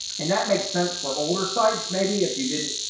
and that makes sense for older sites, maybe if you didn't,